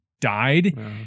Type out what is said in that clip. died